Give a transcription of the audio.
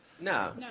No